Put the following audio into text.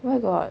where got